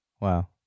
Wow